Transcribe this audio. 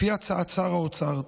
לפי הצעת שר האוצר,